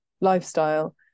lifestyle